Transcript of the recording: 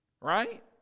right